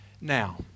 now